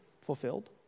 fulfilled